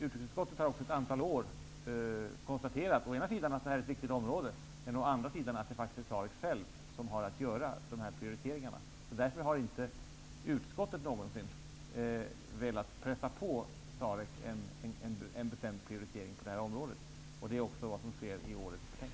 Utrikesutskottet har under ett antal år konstaterat å ena sidan att detta är ett viktigt område, å andra sidan att det faktiskt är SAREC självt som har att göra priorieringarna. Därför har utskottet inte någonsin velat pressa på SAREC en bestämd prioritering på detta område. Det har utskottet inte velat göra i år heller.